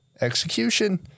Execution